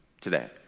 today